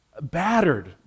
battered